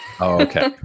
okay